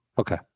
Okay